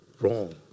wrong